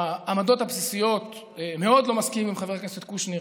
בעמדות הבסיסיות אני מאוד לא מסכים עם חבר הכנסת קושניר